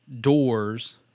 doors